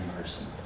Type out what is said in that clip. person